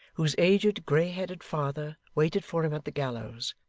whose aged grey-headed father waited for him at the gallows,